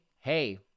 hey